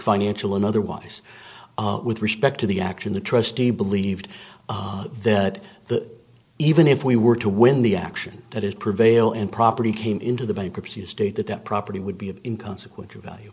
financial and otherwise with respect to the action the trustee believed that the even if we were to win the action that is prevail and property came into the bankruptcy estate that that property would be of in consequence of value